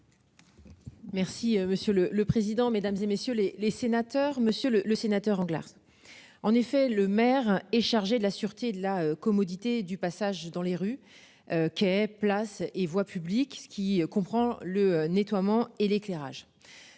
Merci monsieur le le président, mesdames, et messieurs les les sénateurs, monsieur le sénateur Englaro. En effet, le maire est chargé de la sûreté de la commodité du passage dans les rues. Qu'elle place et voie publique, ce qui comprend le nettoiement et l'éclairage